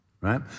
right